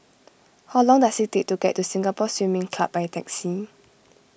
how long does it take to get to Singapore Swimming Club by taxi